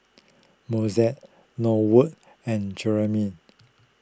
Mozell Norwood and Jeremiah